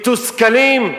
מתוסכלים?